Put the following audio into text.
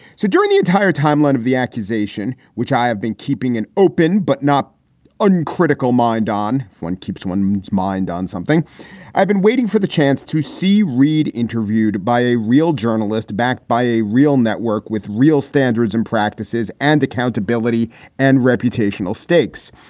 so during the entire timeline of the accusation, which i have been keeping an open but not uncritical mind on, one keeps one mind on something i've been waiting for the chance to see read interviewed by a real journalist backed by a real network with real standards and practices and accountability and reputational stakes.